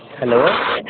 hello